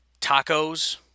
tacos